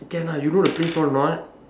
can lah you know the place or not